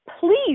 please